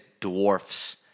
dwarfs